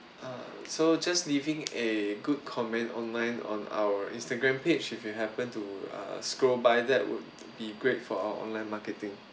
uh so just leaving a good comment online on our Instagram page if you happen to uh scroll by that would be great for our online marketing